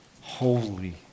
holy